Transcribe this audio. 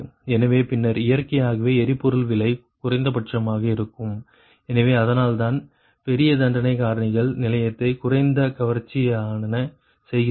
எனவே பின்னர் இயற்கையாகவே எரிபொருள் விலை குறைந்தபட்சமாக இருக்கும் எனவே அதனால்தான் பெரிய தண்டனை காரணிகள் நிலையத்தை குறைந்த கவர்ச்சியானதாக செய்கின்றன